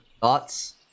Thoughts